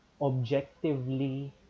objectively